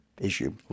issue